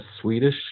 Swedish